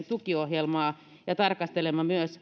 tukiohjelmaa ja tarkastelemme